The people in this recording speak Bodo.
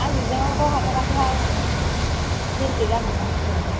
आं एग्जामआवबो हाथाराखैहाय फैलसो जागोन दां आंबो